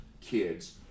kids